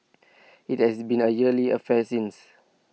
IT has been A yearly affair since